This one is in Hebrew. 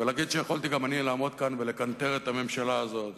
ולהגיד שיכולתי גם אני לעמוד כאן ולקנטר את הממשלה הזאת,